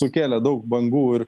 sukėlė daug bangų ir